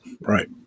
right